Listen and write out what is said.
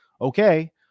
okay